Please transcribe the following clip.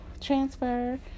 transfer